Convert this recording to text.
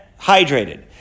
hydrated